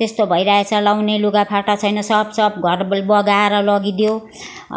त्यस्तो भइरहेछ लगाउने लुगाफाटा छैन सब सब घर बगाएर लगिदियो